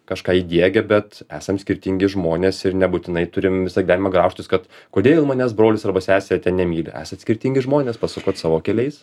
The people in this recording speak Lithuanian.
kažką įdiegia bet esam skirtingi žmonės ir nebūtinai turim visą gyvenimą graužtis kad kodėl manęs brolis arba sesė ten nemyli esat skirtingi žmonės pasukot savo keliais